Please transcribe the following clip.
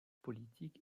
politique